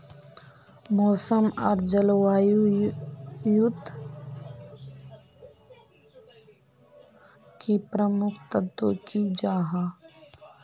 मौसम आर जलवायु युत की प्रमुख तत्व की जाहा?